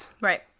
right